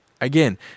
Again